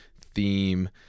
theme